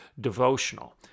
Devotional